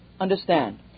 understand